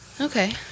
Okay